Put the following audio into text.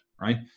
right